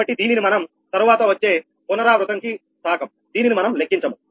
కాబట్టి దీనిని మనం తరువాత వచ్చే పునరావృతం కి తాకందీనిని మనం లెక్కించము